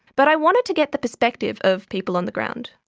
but i wanted to get the perspective of people on the ground,